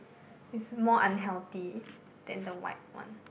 it's more unhealthy than the white one